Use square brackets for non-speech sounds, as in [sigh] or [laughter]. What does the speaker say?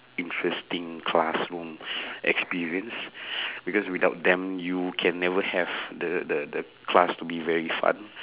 interesting classroom [breath] experience [breath] because without them you can never have the the the class to be very fun